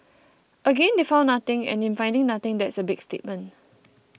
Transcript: again they found nothing and in finding nothing that's a big statement